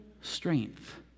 strength